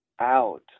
out